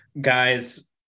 Guys